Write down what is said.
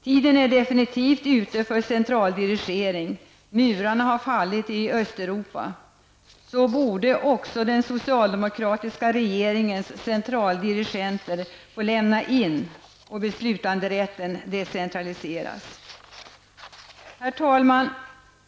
Tiden är ute för centraldirigering -- murarna har fallit i Östeuropa -- och den socialdemokratiska regeringens centraldirigenter borde också få lämna in så att beslutanderätten kan decentraliseras. Herr talman!